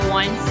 one